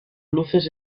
luces